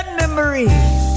memories